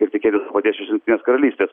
ir tikėtis to paties iš jungtinės karalystės